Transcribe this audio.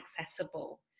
accessible